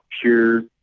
pure